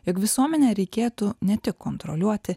jog visuomenę reikėtų ne tik kontroliuoti